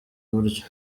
iburyo